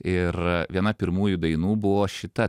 ir viena pirmųjų dainų buvo šita